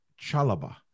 Chalaba